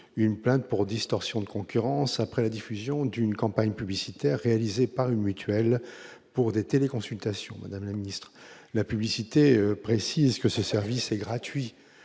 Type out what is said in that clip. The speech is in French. une plainte pour distorsion de concurrence, après la diffusion d'une campagne publicitaire réalisé par une mutuelle pour des téléconsultations, Madame la Ministre, la publicité, précise que ce service est gratuit